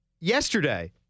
yesterday